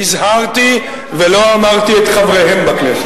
נזהרתי ולא אמרתי "את חבריהם בכנסת".